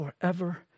forever